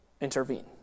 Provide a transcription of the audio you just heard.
intervene